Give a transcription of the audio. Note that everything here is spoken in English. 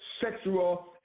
sexual